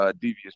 devious